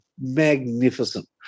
magnificent